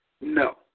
No